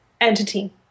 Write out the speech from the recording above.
entity